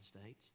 States